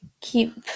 keep